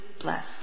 bless